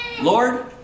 Lord